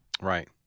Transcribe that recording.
Right